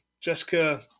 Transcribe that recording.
Jessica